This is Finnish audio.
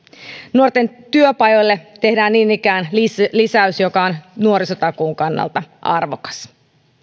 nuorten työpajoille tehdään niin ikään lisäys lisäys joka on nuorisotakuun kannalta arvokas